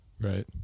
Right